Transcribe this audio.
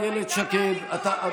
אילת שקד הייתה.